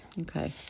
Okay